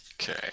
okay